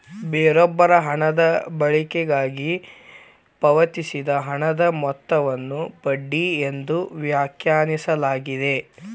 ಬೇರೊಬ್ಬರ ಹಣದ ಬಳಕೆಗಾಗಿ ಪಾವತಿಸಿದ ಹಣದ ಮೊತ್ತವನ್ನು ಬಡ್ಡಿ ಎಂದು ವ್ಯಾಖ್ಯಾನಿಸಲಾಗಿದೆ